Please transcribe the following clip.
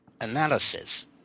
analysis